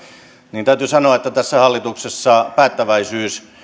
niin täytyy sanoa että tässä hallituksessa päättäväisyys